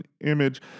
image